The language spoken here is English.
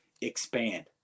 expand